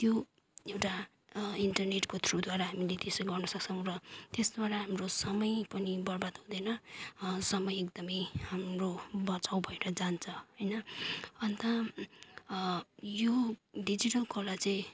त्यो एउटा इन्टरनेटको थ्रुद्वारा हामीले त्यसो गर्नसक्छौँ र त्यसबाट हाम्रो समय पनि बर्बाद हुँदैन समय एकदमै हाम्रो बचाउ भएर जान्छ होइन अन्त यो डिजिटल कला चाहिँ